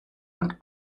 und